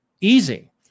Easy